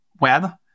web